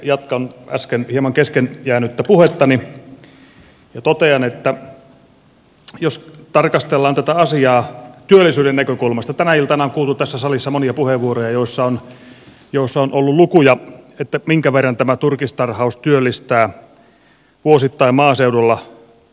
jatkan äsken hieman kesken jäänyttä puhettani ja totean että jos tarkastellaan tätä asiaa työllisyyden näkökulmasta tänä iltana on kuultu tässä salissa monia puheenvuoroja joissa on ollut lukuja minkä verran tämä turkistarhaus työllistää vuosittain maaseudulla